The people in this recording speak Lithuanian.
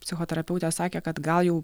psichoterapeutė sakė kad gal jau